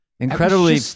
incredibly